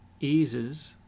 eases